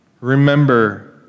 Remember